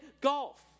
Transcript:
golf